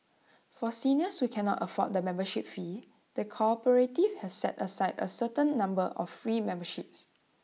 for seniors we cannot afford the membership fee the cooperative has set aside A certain number of free memberships